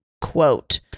quote